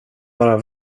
vara